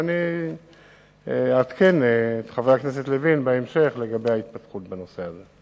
ואני אעדכן את חבר הכנסת לוין בהמשך לגבי ההתפתחות בנושא הזה.